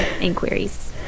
inquiries